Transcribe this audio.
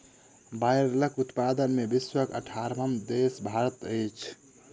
बायलरक उत्पादन मे विश्वक अठारहम देश भारत अछि